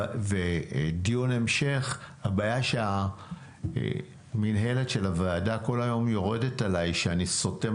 ודיון המשך הבעיה שהמינהלת של הוועדה כל היום יורדת עליי שאני סותם